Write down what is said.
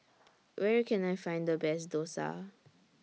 Where Can I Find The Best Dosa